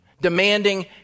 demanding